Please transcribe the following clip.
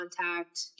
contact